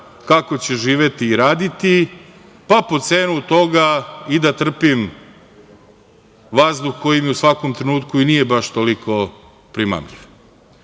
kako će živeti i raditi, pa po cenu toga i da trpim vazduh koji mi u svakom trenutku i nije baš toliko primamljiv. Imamo